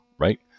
Right